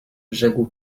rzekł